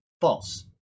false